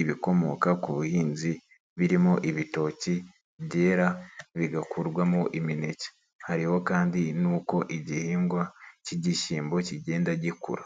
ibikomoka ku buhinzi birimo ibitoki byera bigakurwamo imineke. Hariho kandi n'uko igihingwa cy'igishyimbo kigenda gikura.